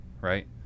right